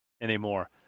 anymore